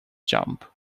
jump